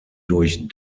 durch